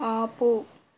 ఆపు